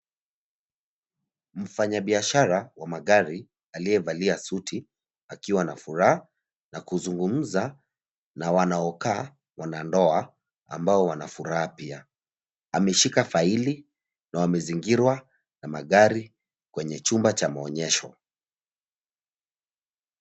Mfanyabiashara wa magari aliyevalia suti akiwa na furaha na kuzungumuza na wanaokaa wanandoa ambao wana furaha pia. Ameshikilia faili na wamezingirwa na magari kwenye chumba cha maonyesho.